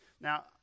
Now